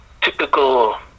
typical